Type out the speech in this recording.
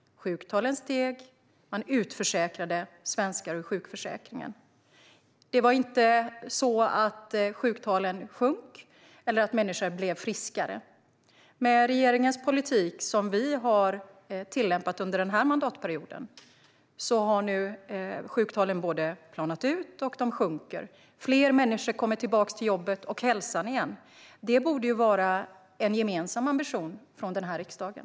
Sjuktalen steg, och svenskar utförsäkrades ur sjukförsäkringen. Det var inte så att sjuktalen sjönk eller att människor blev friskare. Med regeringens politik, som vi har tillämpat under den här mandatperioden, har nu sjuktalen både planat ut och sjunkit. Fler människor kommer tillbaka till jobbet och hälsan igen. Det borde vara en gemensam ambition från riksdagen.